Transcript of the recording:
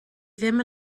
ddim